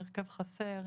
הרכב חסר,